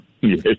Yes